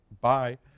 bye